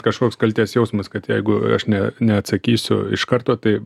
kažkoks kaltės jausmas kad jeigu aš ne neatsakysiu iš karto tai